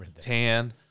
tan